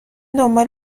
دنبال